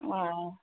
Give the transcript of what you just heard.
ꯑꯣ